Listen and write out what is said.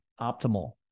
optimal